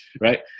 right